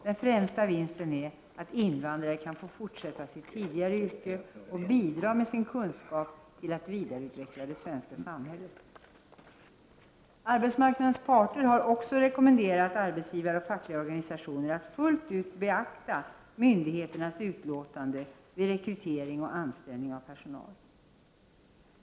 Den främsta vinsten är att invandrare kan få fortsätta i sitt tidigare yrke och bidra med sin kunskap till att vidareutveckla det svenska samhället. Arbetsmarknadens parter har också rekommenderat arbetsgivare och fackliga organisationer att fullt ut beakta myndigheternas utlåtande vid rekrytering och anställning av personal.